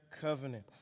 covenant